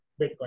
Bitcoin